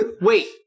Wait